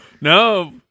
No